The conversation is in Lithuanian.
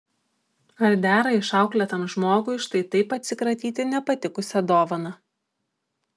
ar dera išauklėtam žmogui štai taip atsikratyti nepatikusia dovana